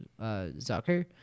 Zucker